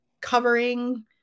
covering